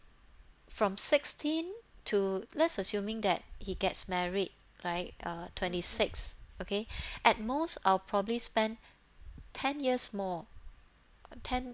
from sixteen to let's assuming that he gets married like uh twenty six okay at most I'll probably spend ten years more ten